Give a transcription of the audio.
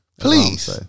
Please